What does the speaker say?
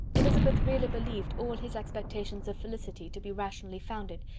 elizabeth really believed all his expectations of felicity to be rationally founded,